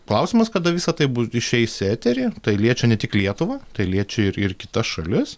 klausimas kada visa tai bus išeis į eterį tai liečia ne tik lietuvą tai liečia ir ir kitas šalis